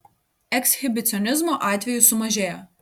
ekshibicionizmo atvejų sumažėjo